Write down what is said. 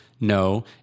No